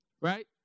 Right